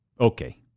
Okay